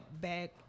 back